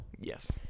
Yes